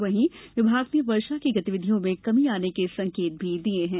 वहीं मौसम विभाग ने वर्षा की गतिविधियों में कमी आने के संकेत दिए हैं